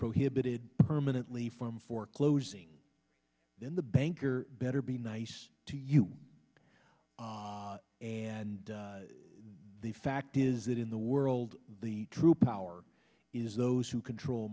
prohibited permanently from foreclosing in the bank or better be nice to you and the fact is that in the world the true power is those who control